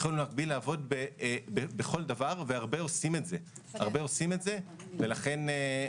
הוא יכול במקביל לעבוד בכל דבר והרבה עושים את זה ולכן הוא